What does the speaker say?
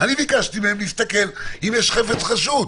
אני ביקשתי מהם להסתכל אם יש חפץ חשוד.